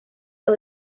and